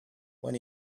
when